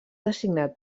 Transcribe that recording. designat